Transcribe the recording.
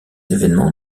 événements